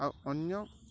ଆଉ ଅନ୍ୟ